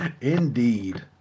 indeed